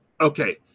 okay